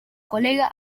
colega